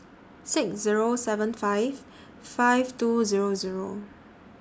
six Zero seven five five two Zero Zero